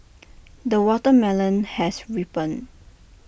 the watermelon has ripened